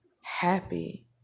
happy